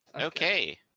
Okay